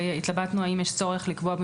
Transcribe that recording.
התלבטנו האם יש צורך לקבוע,